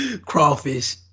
crawfish